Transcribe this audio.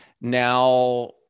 now